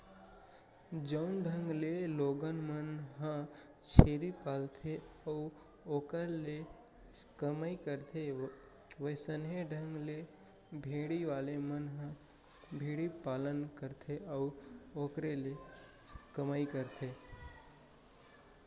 जउन ढंग ले लोगन मन ह छेरी पालथे अउ ओखर ले कमई करथे वइसने ढंग ले भेड़ी वाले मन ह भेड़ी पालन करथे अउ ओखरे ले कमई करथे